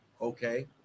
Okay